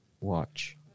watch